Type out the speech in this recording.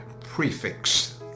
prefix